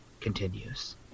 continues